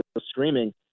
streaming